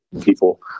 people